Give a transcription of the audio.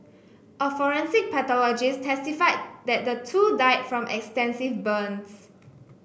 a forensic pathologist testified that the two died from extensive burns